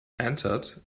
entered